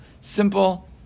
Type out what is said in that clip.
simple